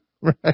Right